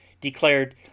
declared